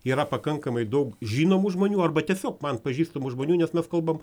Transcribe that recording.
yra pakankamai daug žinomų žmonių arba tiesiog man pažįstamų žmonių nes mes kalbame